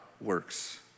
works